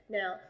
now